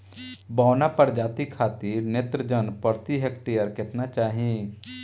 बौना प्रजाति खातिर नेत्रजन प्रति हेक्टेयर केतना चाही?